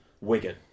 Wigan